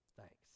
thanks